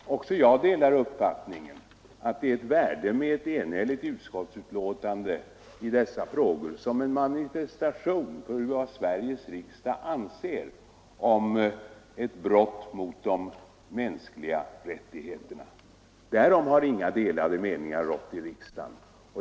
Herr talman! Också jag delar uppfattningen att det är av värde med ett enhälligt utskottsbetänkande i dessa frågor som en manifestation av vad Sveriges riksdag anser om ett brott mot de mänskliga rättigheterna. Därom har inga delade meningar rått i riksdagen.